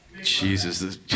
Jesus